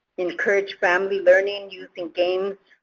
encourage family learning using games.